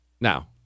Now